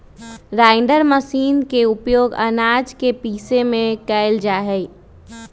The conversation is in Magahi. राइण्डर मशीर के उपयोग आनाज के पीसे में कइल जाहई